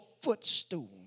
footstool